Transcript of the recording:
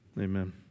Amen